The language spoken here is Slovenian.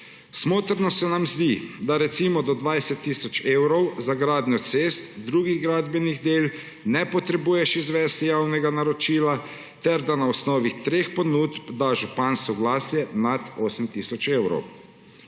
Smotrno se nam zdi, da recimo do 20 tisoč evrov za gradnjo cest, drugih gradbenih del ne potrebuješ izvesti javnega naročila ter da na osnovi treh ponudb da župan soglasje nad 8 tisoč evrov.